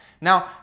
Now